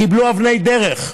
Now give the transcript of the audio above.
קיבלו אבני דרך,